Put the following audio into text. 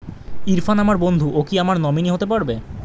ইরফান আমার বন্ধু ও কি আমার নমিনি হতে পারবে?